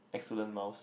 excellent mouse